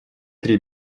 три